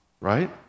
Right